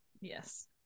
yes